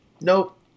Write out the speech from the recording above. Nope